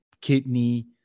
kidney